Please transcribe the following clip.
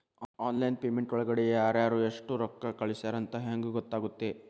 Online payment ಒಳಗಡೆ ಯಾರ್ಯಾರು ಎಷ್ಟು ರೊಕ್ಕ ಕಳಿಸ್ಯಾರ ಅಂತ ಹೆಂಗ್ ಗೊತ್ತಾಗುತ್ತೆ?